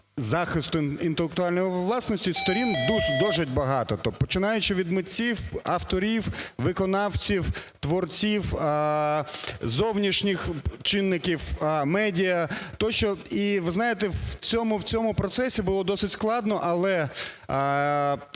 захисту інтелектуальної власності сторін досить багато, починаючи від митців, авторів, виконавців, творців, зовнішніх чинників, медіа тощо. І ви знаєте, в цьому процесу було досить складно, але,